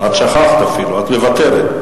את שכחת אפילו, את מוותרת.